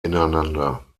ineinander